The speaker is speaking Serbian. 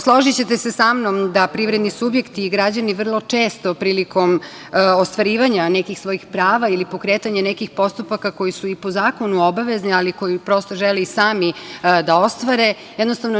Složićete se sa mnom da privredni subjekti i građani vrlo često prilikom ostvarivanja nekih svojih prava ili pokretanja nekih postupaka koji su i po zakonu obavezni, ali koji, prosto, žele i sami da ostvare, jednostavno ne